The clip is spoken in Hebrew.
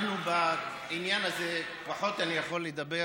בעניין הזה פחות אני יכול לדבר,